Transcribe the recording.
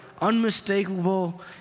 unmistakable